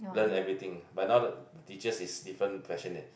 learn everything but now the teachers is different passionate